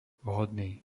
vhodný